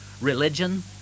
religion